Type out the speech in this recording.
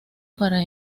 para